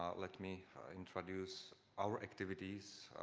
um let me introduce our activityactivities